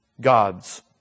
God's